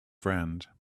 friend